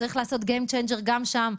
צריך לעשות Game changer גם שם.